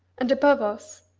and above us,